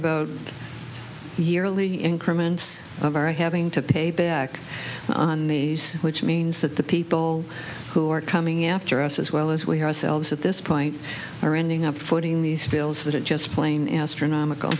about yearly increment of our having to pay back on these which means that the people who are coming after us as well as we ourselves at this point are ending up footing these bills that are just plain astronomical